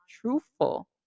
truthful